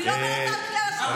אני לא אומרת רק בגלל השב"כ,